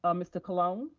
um mr. colon. um